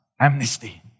amnesty